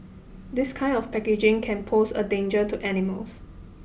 this kind of packaging can pose a danger to animals